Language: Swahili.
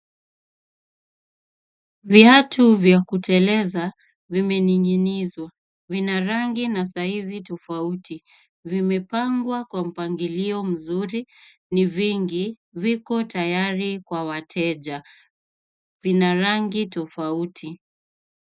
Viatu vya kuteleza vimening'inizwa. Vimepangwa kwa mpangilio mzuri na ni vingi kwa wateja. Ni vya rangi tofauti.